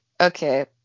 okay